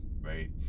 right